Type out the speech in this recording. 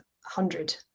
hundred